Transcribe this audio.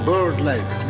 Bird-like